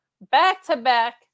back-to-back